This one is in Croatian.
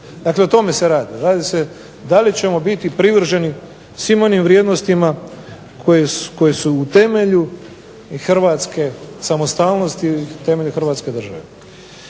Dakle, o tome se radi, da li ćemo biti privrženi svim onim vrijednostima koje su u temelju Hrvatske samostalnosti i temelju Hrvatske države.